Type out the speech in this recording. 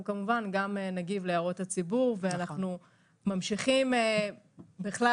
כמובן גם נגיב להערות הציבור ואנחנו ממשיכים בכלל,